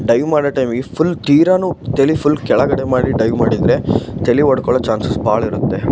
dive ಮಾಡೋ ಟೈಮಿಗೆ full ತೀರ ತಲೆ ಫುಲ್ ಕೆಳಗಡೆ ಮಾಡಿ ಡೈವ್ ಮಾಡಿದರೆ ತಲೆ ಹೊಡ್ಕೊಳ್ಳೊ ಚಾನ್ಸಸ್ ಭಾಳ ಇರುತ್ತೆ